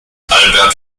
albert